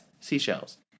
seashells